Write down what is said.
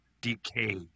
decay